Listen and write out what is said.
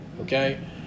Okay